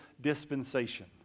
dispensation